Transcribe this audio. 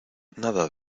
nada